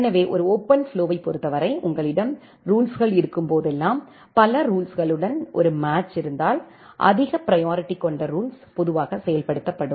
எனவே ஒரு ஓபன்ஃப்ளோவைப் பொறுத்தவரை உங்களிடம் ரூல்ஸுகள் இருக்கும்போதெல்லாம் பல ரூல்ஸுகளுடன் ஒரு மேட்ச் இருந்தால் அதிக பிரியாரிட்டிகொண்ட ரூல்ஸு பொதுவாக செயல்படுத்தப்படும்